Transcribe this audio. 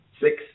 six